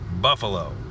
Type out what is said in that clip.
buffalo